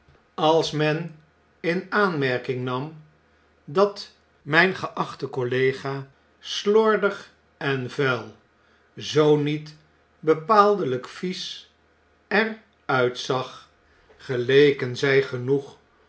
als men in aanmerking nam dat mjjn geachte collega slordig en vuil zoo niet bepaaldeljjk vies er uitzag geleken zjj genoeg